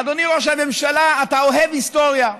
אדוני ראש הממשלה, אתה אוהב היסטוריה,